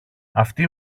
αυτή